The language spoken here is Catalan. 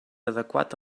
adequat